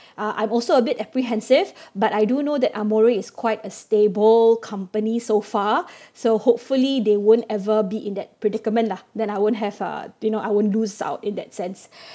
uh I'm also a bit apprehensive but I do know that Amore is quite a stable company so far so hopefully they won't ever be in that predicament lah then I won't have uh you know I won't lose out in that sense